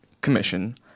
commission